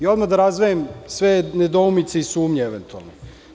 Odmah da razdvojim sve nedoumice i sumnje eventualne.